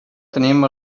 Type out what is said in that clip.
tenim